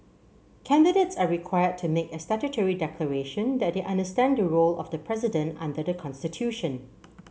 candidates are required to make a statutory declaration that they understand the role of the president under the constitution